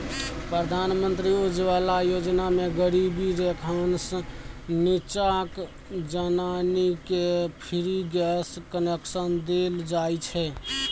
प्रधानमंत्री उज्जवला योजना मे गरीबी रेखासँ नीच्चाक जनानीकेँ फ्री गैस कनेक्शन देल जाइ छै